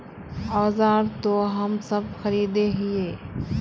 औजार तो हम सब खरीदे हीये?